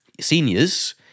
seniors